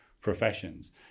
professions